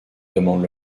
demanda